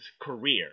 career